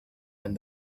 and